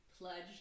pledged